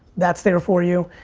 that's there for you.